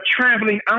traveling